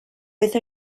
with